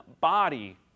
body